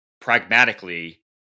pragmatically